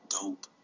dope